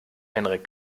henrik